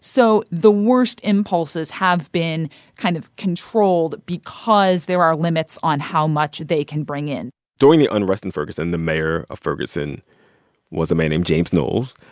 so the worst impulses have been kind of controlled because there are limits on how much they can bring in during the unrest in ferguson, the mayor of ferguson was a man named james knowles.